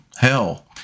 hell